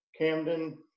Camden